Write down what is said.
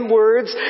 words